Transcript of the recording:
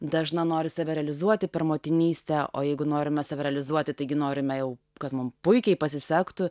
dažna nori save realizuoti per motinystę o jeigu norime save realizuoti taigi norime kad mum puikiai pasisektų